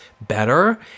better